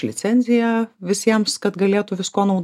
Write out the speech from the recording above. licenciją visiems kad galėtų viskuo nau